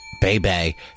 baby